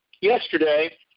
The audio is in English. yesterday